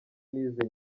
nizi